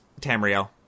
Tamriel